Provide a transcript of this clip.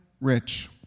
rich